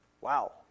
Wow